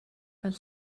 fel